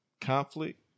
Conflict